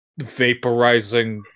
vaporizing